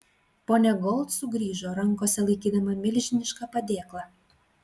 ponia gold sugrįžo rankose laikydama milžinišką padėklą